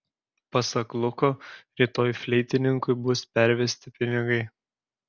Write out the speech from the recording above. pasak luko rytoj fleitininkui bus pervesti pinigai